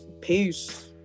peace